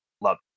love